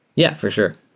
yeah, for sure.